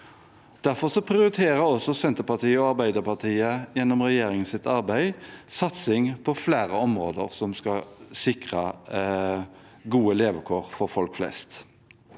Derfor prioriterer også Senterpartiet og Arbeiderpartiet gjennom regjeringens arbeid satsing på flere områder, noe som skal sikre gode levekår for folk flest.